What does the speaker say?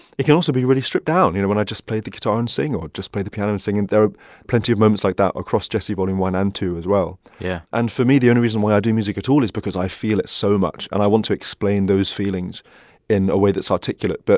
it can also be really stripped down, you know, when i just play the guitar and sing or just play the piano and sing. and there are plenty of moments like that across djesse, vol. one and two as well yeah and for me, the only reason why i do music at all is because i feel it so much, and i want to explain those feelings in a way that's articulate. but,